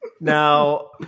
Now